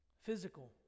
Physical